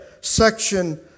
section